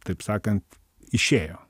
taip sakant išėjo